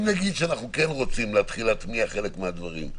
אם נגיד שאנחנו כן רוצים להתחיל להטמיע חלק מהדברים?